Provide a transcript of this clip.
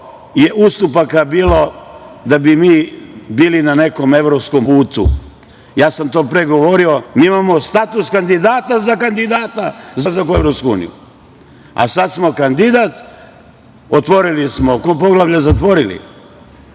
je ustupaka bilo da bi mi bili na nekom evropskom putu? Ja sam to pre govorio. Mi imamo status kandidata za kandidata za ulazak u EU, a sad smo kandidat. Koliko smo poglavlja zatvorili